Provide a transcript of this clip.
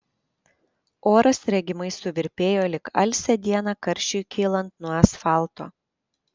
oras regimai suvirpėjo lyg alsią dieną karščiui kylant nuo asfalto